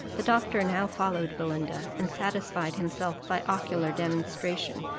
the doctor now followed belinda, and satisfied himself by ocular demonstration,